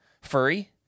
furry